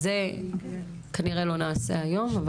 זה כנראה לא נעשה היום.